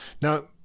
Now